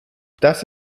das